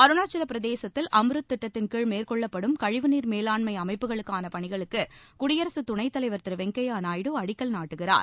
அருணாச்சலப் பிரதேசத்தில் அம்ருத் திட்டத்தின் கீழ் மேற்கொள்ளப்படும் கழிவு நீர் மேலாண்மை அமைப்புக்கான பணிகளுக்கு குடியரசு துணைத் தலைவர் திரு வெங்கைய்யா நாயுடு அடிக்கல் நாட்டுகிறார்